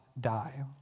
die